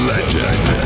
Legend